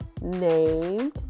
named